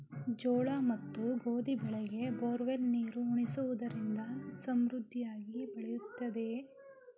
ಜೋಳ ಮತ್ತು ಗೋಧಿ ಬೆಳೆಗೆ ಬೋರ್ವೆಲ್ ನೀರು ಉಣಿಸುವುದರಿಂದ ಸಮೃದ್ಧಿಯಾಗಿ ಬೆಳೆಯುತ್ತದೆಯೇ?